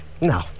No